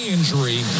injury